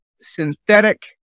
synthetic